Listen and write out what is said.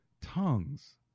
tongues